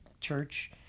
church